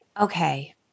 Okay